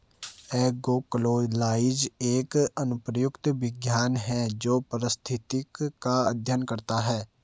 agroecology एक अनुप्रयुक्त विज्ञान है जो पारिस्थितिक का अध्ययन करता है